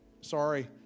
sorry